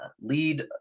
lead